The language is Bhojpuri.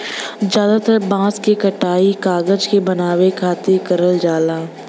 जादातर बांस क कटाई कागज के बनावे खातिर करल जाला